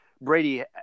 Brady